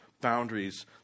Boundaries